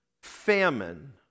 Famine